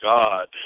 God